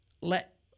let